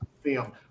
film